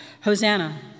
Hosanna